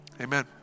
Amen